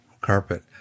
carpet